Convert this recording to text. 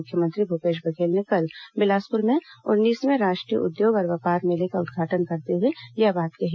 मुख्यमंत्री भूपेश बघेल ने कल बिलासपुर में उन्नीसवें राष्ट्रीय उद्योग और व्यापार मेले का उद्घाटन करते हुए यह बात कही